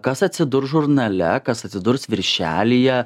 kas atsidurs žurnale kas atsidurs viršelyje